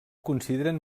consideren